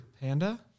panda